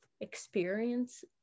experience